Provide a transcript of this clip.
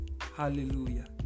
Hallelujah